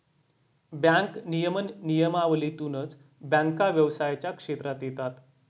bank नियमन नियमावलीतूनच बँका व्यवसायाच्या क्षेत्रात येतात